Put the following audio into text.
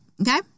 okay